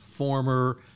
former